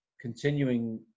continuing